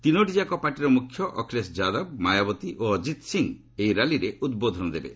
ତିନୋଟିଯାକ ପାର୍ଟିର ମୁଖ୍ୟ ଅଖିଳେଶ ଯାଦବ ମାୟାବତୀ ଓ ଅକିତ୍ ସିଂହ ଏହି ର୍ୟାଲିରେ ଉଦ୍ବୋଧନ ଦେବେ